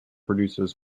produces